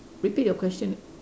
repeat your question